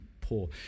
poor